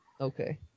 Okay